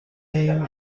این